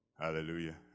Hallelujah